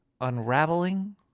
unraveling